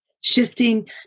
shifting